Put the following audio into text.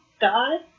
God